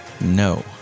No